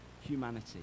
humanity